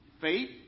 faith